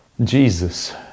Jesus